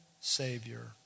Savior